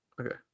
Okay